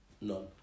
None